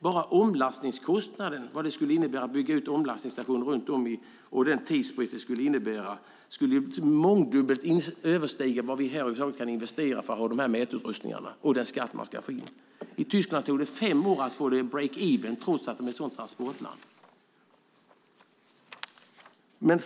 Bara kostnaden för att bygga ut omlastningsstationer, och den tid omlastningen innebär, skulle mångdubbelt överstiga vad vi över huvud taget kan investera för mätutrustningarna och den skatt som ska tas in. I Tyskland tog det fem år att nå break-even, trots att man är ett sådant transportland.